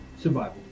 survival